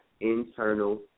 internal